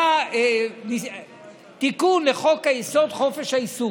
היה תיקון לחוק-היסוד: חופש העיסוק,